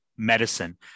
medicine